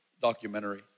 documentary